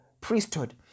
priesthood